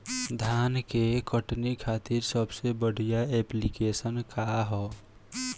धान के कटनी खातिर सबसे बढ़िया ऐप्लिकेशनका ह?